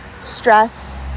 stress